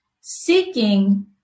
seeking